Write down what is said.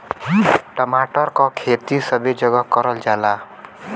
टमाटर क खेती सबे जगह करल जाला